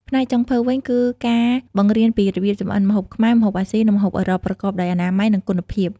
ផ្នែកចុងភៅវិញ គឺការបង្រៀនពីរបៀបចម្អិនម្ហូបខ្មែរ ម្ហូបអាស៊ី និងម្ហូបអឺរ៉ុប ប្រកបដោយអនាម័យ និងគុណភាព។